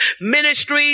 ministry